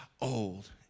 old